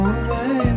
away